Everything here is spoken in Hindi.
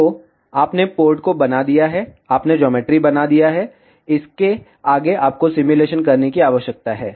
तो आपने पोर्ट को बना दिया है आपने ज्योमेट्री बना दिया है इसके आगे आपको सिमुलेशन करने की आवश्यकता है